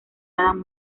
adam